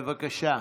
בבקשה.